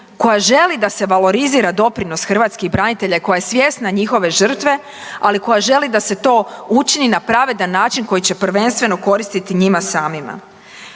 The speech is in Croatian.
koja želi da se valorizira doprinos hrvatskih branitelja i koja je svjesna njihove žrtve, ali koja želi da se to učini na pravedan način koji će prvenstveno koristiti njima samima.